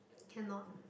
cannot